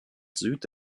süd